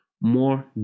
more